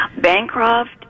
Bancroft